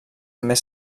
més